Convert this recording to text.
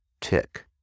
tick